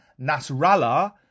Nasrallah